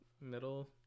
middle